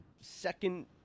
second